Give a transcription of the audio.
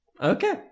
Okay